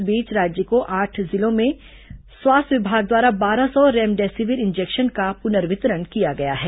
इस बीच राज्य को आठ जिलों में स्वास्थ्य विभाग द्वारा बारह सौ रेमडेसिविर इंजेक्शन का पुर्नवितरण किया गया है